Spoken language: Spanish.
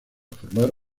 formar